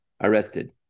arrested